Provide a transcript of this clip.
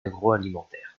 agroalimentaire